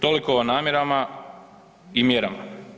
Toliko o namjerama i mjerama.